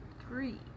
three